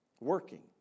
Working